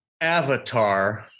Avatar